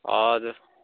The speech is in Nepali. हजुर